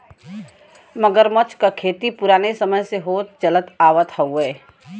मगरमच्छ क खेती पुराने समय से होत चलत आवत हउवे